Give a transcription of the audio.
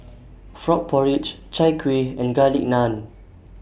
Frog Porridge Chai Kuih and Garlic Naan